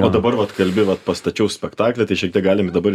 o dabar vat kalbi vat pastačiau spektaklį tai šiek tiek galim dabar